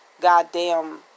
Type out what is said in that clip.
goddamn